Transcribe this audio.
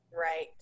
Right